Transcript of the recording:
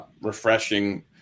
refreshing